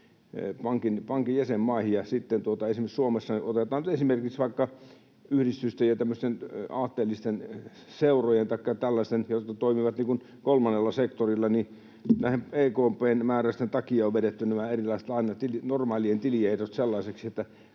pankin jäsenmaihin. Otetaan nyt esimerkiksi Suomessa vaikka yhdistykset ja tämmöiset aatteelliset seurat taikka tällaiset, jotka toimivat kolmannella sektorilla: EKP:n määräysten takia on vedetty nämä normaalit tiliehdot sellaisiksi, että